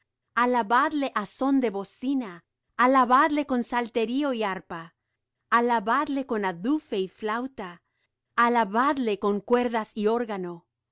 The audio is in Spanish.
alabadle á son de bocina alabadle con salterio y arpa alabadle con adufe y flauta alabadle con cuerdas y órgano